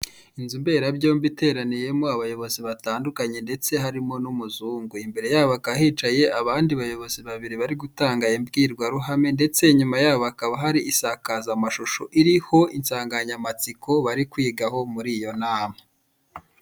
Inzu mberabyombi iteraniyemo abayobozi batandukanye ndetse harimo n'umuzungu. Imbere yaho hakaba hicaye abayobozi babiri bari gutanga imbwirwaruhame ndetse inyuma yaho hakaba hari insakazamashusho, iriho insanganyamatsiko bari kwigaho muri iyo nama.